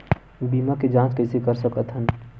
बीमा के जांच कइसे कर सकत हन?